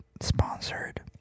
Sponsored